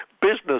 business